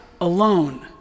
alone